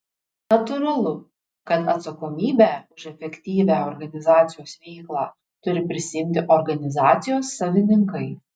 natūralu kad atsakomybę už efektyvią organizacijos veiklą turi prisiimti organizacijos savininkai